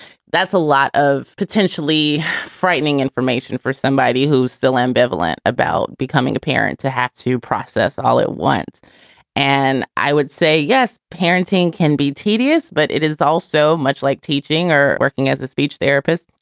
that's a lot of potentially frightening information for somebody who's still ambivalent about becoming a parent to have to process all at once and i would say, yes, parenting can be tedious, but it is also much like teaching or working as a speech therapist,